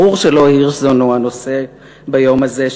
ברור שלא הירשזון הוא הנושא ביום הזה,